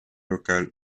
locale